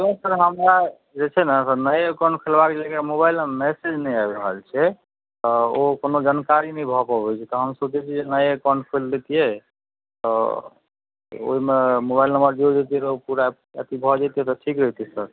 sir हमरा जे छै ने सर नए अकाउंट खोलबाके गेलियै आओर मोबाइलमे मैसेज नहि आबि रहल छै तऽ ओ कोनो जानकारी नहि भए पबय छै तऽ हम सोचय छियै जे नया अकाउंट खोलि देतियै तऽ ओइमे मोबाइल नंबर जोड़ि देतियै तऽ ओ पूरा अथी भऽ जेतय तऽ ठीक रहितइ सर